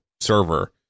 server